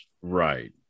Right